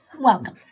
welcome